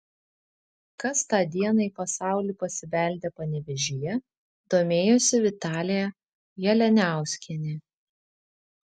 kas tą dieną į pasaulį pasibeldė panevėžyje domėjosi vitalija jalianiauskienė